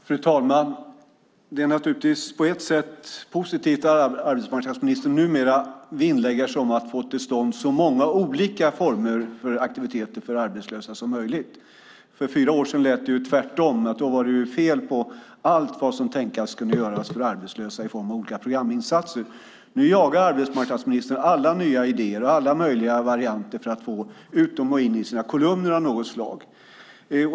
Fru talman! Det är naturligtvis på ett sätt positivt att arbetsmarknadsministern numera vinnlägger sig om att få till stånd så många olika aktiviteter för arbetslösa som möjligt. För fyra år sedan var det precis tvärtom: Då menade han att det var fel på allt som kunde tänkas göras för arbetslösa i form av programinsatser. Nu jagar arbetsmarknadsministern idéer och varianter för att få in dem i kolumner av olika slag.